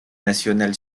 nationale